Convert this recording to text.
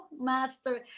Master